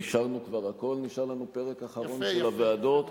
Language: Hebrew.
אישרנו כבר הכול ונשאר לנו הפרק האחרון של הוועדות,